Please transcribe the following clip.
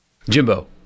Jimbo